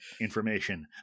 information